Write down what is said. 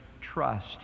trust